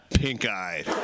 pink-eyed